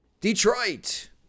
Detroit